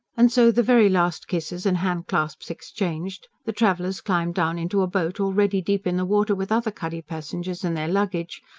and so the very last kisses and handclasps exchanged, the travellers climbed down into a boat already deep in the water with other cuddy-passengers and their luggage,